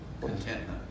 Contentment